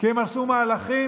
והם עשו מהלכים,